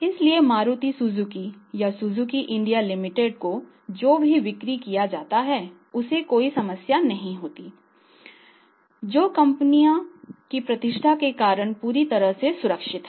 इसलिए मारुति सुजुकी या Suzuki India limited को जो भी बिक्री किया जाता है उसे कोई समस्या नहीं होती है जो कंपनी की प्रतिष्ठा के कारण पूरी तरह से सुरक्षित हैं